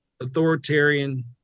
authoritarian